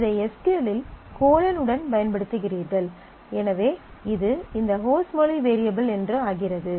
இதை S Q L இல் உடன் பயன்படுத்துகிறீர்கள் எனவே இது இந்த ஹோஸ்ட் மொழி வேரியபிள் என்று ஆகிறது